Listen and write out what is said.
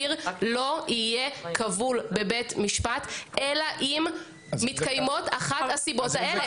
לא יהיה כבול בבית משפט אלא אם מתקיימות אחת הסיבות האלה.